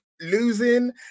losing